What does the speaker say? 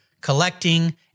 collecting